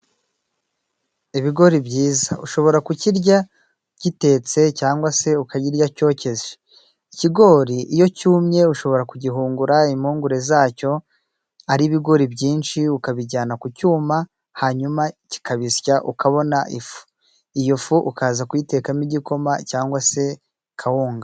Ibigori byiza ushobora kukirya gitetse cyangwa se ukagirya cyokeje. Ikigori iyo cyumye ushobora kugihungura impungure zacyo ari ibigori byinshi ukabijyana ku cyuma hanyuma kikabisya ukabona ifu, iyo fu ukaza kuyitekamo igikoma cyangwa se kawunga.